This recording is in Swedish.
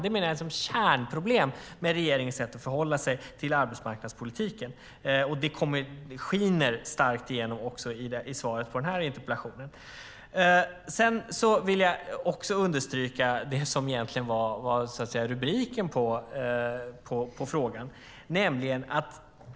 Detta menar jag är ett kärnproblem i regeringens sätt att förhålla sig till arbetsmarknadspolitiken, och det skiner starkt igenom också i svaret på den här interpellationen. Sedan vill jag också understryka det som är rubriken på interpellationen.